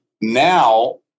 now